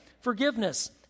Forgiveness